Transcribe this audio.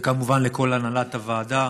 וכמובן, לכל הנהלת הוועדה,